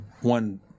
one